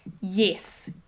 yes